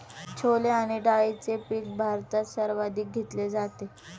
छोले आणि डाळीचे पीक भारतात सर्वाधिक घेतले जाते